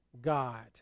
God